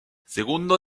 segundo